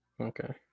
Okay